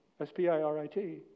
S-P-I-R-I-T